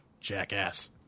Jackass